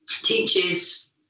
teaches